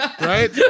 right